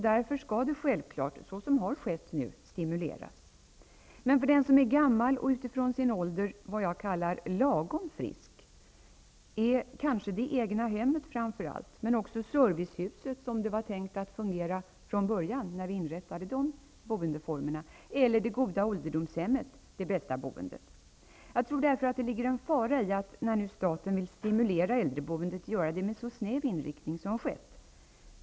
Därför skall det självfallet, som nu skett, stimuleras. Men för den som är gammal och utifrån sin ålder vad jag kallar lagom frisk, är kanske framför allt det egna hemmet, men också servicehuset som det i början var tänkt att fungera när vi inrättade den boendeformen, eller det goda ålderdomshemmet, det bästa boendet. Jag tror därför att det ligger en fara i, att när staten nu vill stimulera äldreboendet göra det med en så snäv inriktning som nu skett.